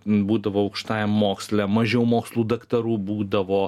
būdavo aukštajam moksle mažiau mokslų daktarų būdavo